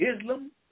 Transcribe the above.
Islam